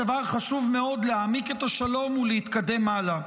הדבר חשוב מאוד להעמיק את השלום ולהתקדם הלאה",